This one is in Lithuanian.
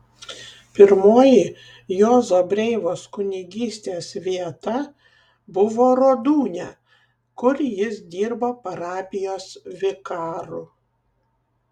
pirmoji juozo breivos kunigystės vieta buvo rodūnia kur jis dirbo parapijos vikaru